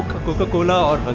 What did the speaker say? coca-cola.